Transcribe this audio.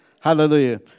Hallelujah